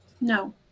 No